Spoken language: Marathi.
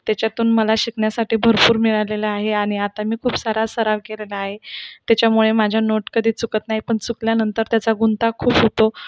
त्याच्यातून मला शिकण्यासाठी भरपूर मिळालेलं आहे आणि आता मी खूप सारा सराव केलेला आहे त्याच्यामुळे माझ्या नोट कधीच चुकत नाही पण चुकल्यानंतर त्याचा गुंता खूप होतो